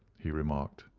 he remarked,